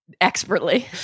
Expertly